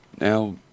Now